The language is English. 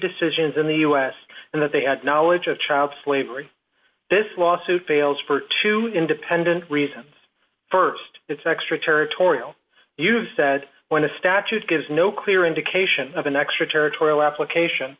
decisions in the us and that they had knowledge of child slavery this lawsuit fails for two independent reasons st it's extraterritorial you've said when the statute gives no clear indication of an extraterritorial application